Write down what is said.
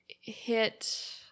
hit